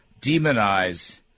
demonize